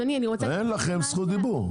אדוני אני רוצה --- אין לכם זכות דיבור,